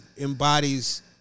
embodies